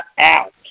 out